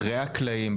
אחרי הקלעים,